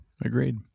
Agreed